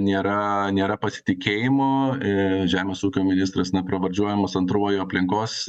nėra nėra pasitikėjimo i žemės ūkio ministras nepravardžiuojamas antruoju aplinkos